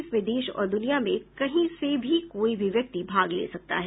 इसमें देश और दुनिया में कहीं से भी कोई भी व्यक्ति भाग ले सकता है